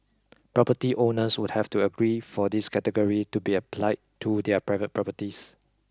property owners would have to agree for this category to be applied to their private properties